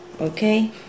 Okay